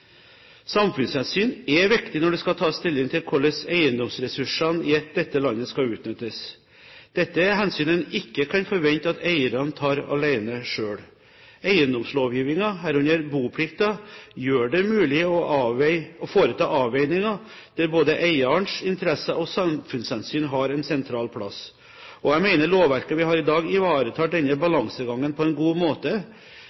Samfunnshensyn er viktig når det skal tas stilling til hvordan eiendomsressursene i dette landet skal utnyttes. Dette er hensyn en ikke kan forvente at eierne tar selv. Eiendomslovgivningen, herunder boplikten, gjør det mulig å foreta avveininger der både eierens interesser og samfunnshensyn har en sentral plass. Jeg mener lovverket vi har i dag ivaretar denne